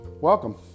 welcome